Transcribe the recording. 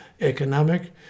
economic